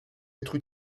être